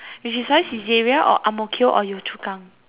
which is why Saizeriya or ang-mo-kio or yio-chu-kang